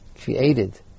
created